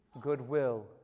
goodwill